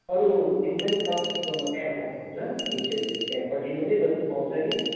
अरू दिन पनि तपाईँकोमा बिहानै हुन्छ मिटहरू त्यहाँ कन्टिन्यु नै जस्तो पाउँछ कि